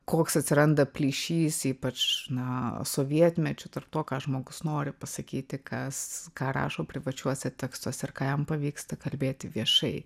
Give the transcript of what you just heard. koks atsiranda plyšys ypač na sovietmečiu tarp to ką žmogus nori pasakyti kas ką rašo privačiuose tekstuose ir ką jam pavyksta kalbėti viešai